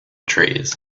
trees